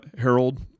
Harold